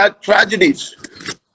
tragedies